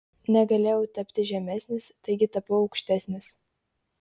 negalėjau tapti žemesnis taigi tapau aukštesnis